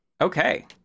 Okay